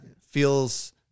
feels